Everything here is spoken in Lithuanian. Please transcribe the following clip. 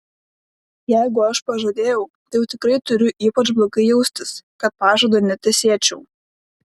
jeigu aš pažadėjau tai jau tikrai turiu ypač blogai jaustis kad pažado netesėčiau